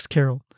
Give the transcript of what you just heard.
Carol